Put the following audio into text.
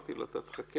אמרתי לו אתה תחכה,